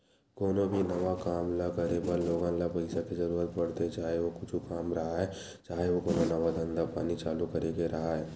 कोनो भी नवा काम ल करे बर लोगन ल पइसा के जरुरत पड़थे, चाहे ओ कुछु काम राहय, चाहे ओ कोनो नवा धंधा पानी चालू करे के राहय